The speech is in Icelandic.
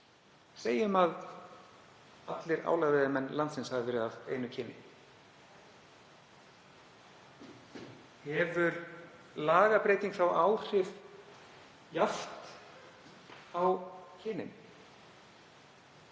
Segjum að allir álaveiðimenn landsins hafi verið af einu kyni. Hefur lagabreyting þá áhrif jafnt á kynin?